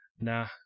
nah